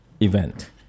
event